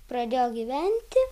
pradėjo gyventi